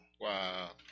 Wow